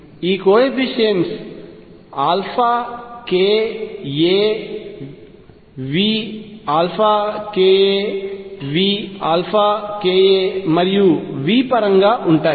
ఈ coefficients k a V k a V k a మరియు v పరంగా ఉంటాయి